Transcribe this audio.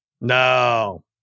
No